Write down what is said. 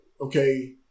okay